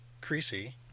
creasy